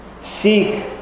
Seek